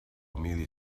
emili